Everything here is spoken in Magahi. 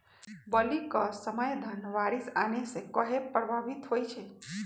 बली क समय धन बारिस आने से कहे पभवित होई छई?